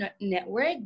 network